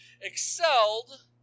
excelled